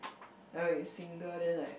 now you single then like